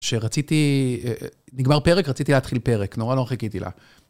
שרציתי... נגמר פרק - רציתי להתחיל פרק. נורא לא חיכיתי לה.